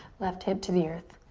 left hip to the earth.